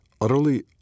utterly